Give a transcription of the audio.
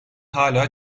hâlâ